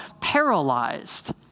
paralyzed